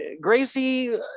gracie